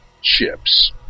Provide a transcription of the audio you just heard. ships